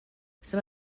some